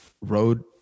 road